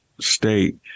state